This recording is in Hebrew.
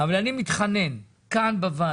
אבל אני מתחנן, כאן בוועדה,